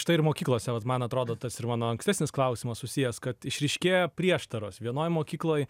štai ir mokyklose vat man atrodo tas ir mano ankstesnis klausimas susijęs kad išryškėjo prieštaros vienoj mokykloj